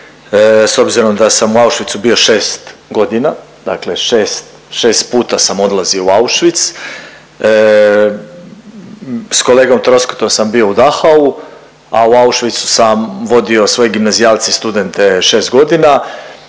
s obzirom da sam u Auschwitzu bio šest godina, dakle šest puta sam odlazio u Auschwitz, s kolegom Troskotom sam bio u Dachau, a u Auschwitz sam vodio svoje gimnazijalce i studente šest godina